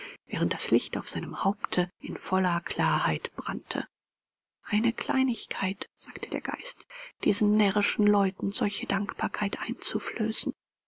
während das licht auf seinem haupte in voller klarheit brannte eine kleinigkeit sagte der geist diesen närrischen leuten solche dankbarkeit einzuflößen